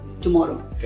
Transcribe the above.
tomorrow